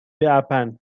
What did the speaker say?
happen